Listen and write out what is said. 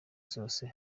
zose